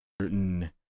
Certain